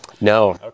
No